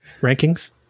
Rankings